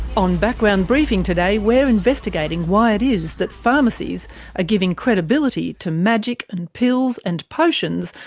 on background briefing today we're investigating why it is that pharmacies are giving credibility to magic and pills and potions,